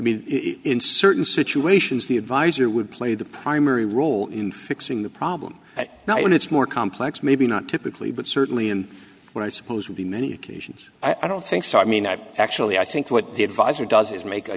mean in certain situations the advisor would play the primary role in fixing the problem now when it's more complex maybe not typically but certainly him when i suppose will be many occasions i don't think so i mean i actually i think what the advisor does is make